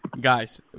Guys